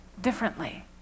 differently